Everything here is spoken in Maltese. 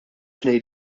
tnejn